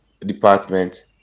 department